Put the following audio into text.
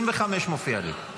25 מופיע לי.